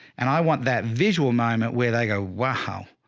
and i want that visual moment where they go, wow,